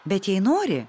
bet jei nori